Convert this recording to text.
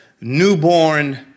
Newborn